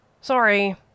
Sorry